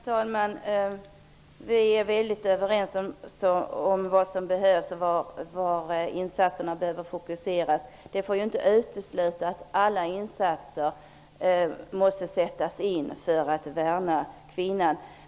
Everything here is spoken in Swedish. Herr talman! Vi är verkligen överens om vad som behövs och var insatserna bör fokuseras. Det får inte utesluta att alla resurser sätts in för att värna kvinnan.